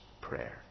prayer